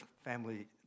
family